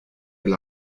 del